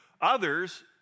Others